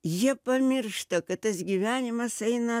jie pamiršta kad tas gyvenimas eina